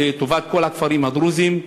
לטובת כל הכפרים הדרוזיים,